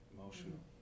Emotional